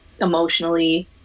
emotionally